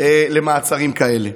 למעצרים כאלה.